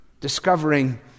discovering